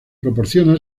proporciona